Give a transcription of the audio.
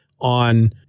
on